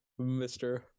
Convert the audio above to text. Mr